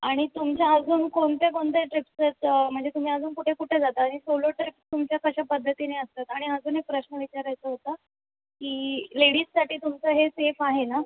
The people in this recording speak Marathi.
आणि तुमच्या अजून कोणत्या कोणत्या ट्रिप्स आहेत असता म्हणजे तुम्ही अजून कुठेकुठे जाता आणि सोलो ट्रीप तुमच्या कशा पद्धतीने असतात आणि अजून एक प्रश्न विचारायचा होता की लेडीजसाठी तुमचं हे सेफ आहे ना